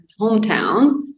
hometown